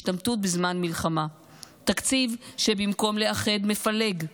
השתמטות בזמן מלחמה; תקציב שבמקום לאחד, מפלג,